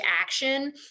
action